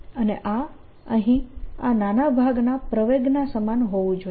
અને આ અહીં આ નાના ભાગના પ્રવેગના સમાન હોવું જોઈએ